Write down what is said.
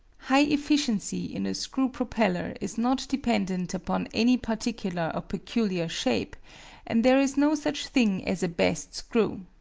high efficiency in a screw-propeller is not dependent upon any particular or peculiar shape and there is no such thing as a best screw.